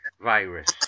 virus